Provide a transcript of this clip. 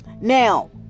Now